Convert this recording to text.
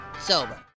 sober